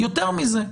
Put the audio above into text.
יותר מזה.